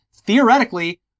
theoretically